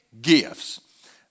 gifts